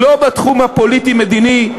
לא בתחום הפוליטי-מדיני,